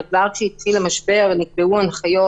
וכבר כשהתחיל המשבר ונקבעו הנחיות